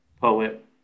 poet